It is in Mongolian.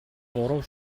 буруу